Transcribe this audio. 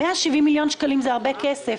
שזה הרבה כסף.